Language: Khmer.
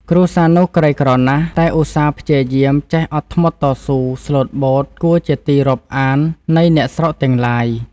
គ្រួសារនោះក្រីក្រណាស់ តែឧស្សាហ៍ ព្យាយាម ចេះអត់ធ្មត់តស៊ូ ស្លូតបូត គួរជាទីរាប់អាននៃ អ្នកស្រុកទាំងឡាយ ។